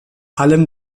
allem